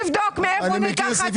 תבדוק מאיפה נלקח